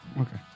Okay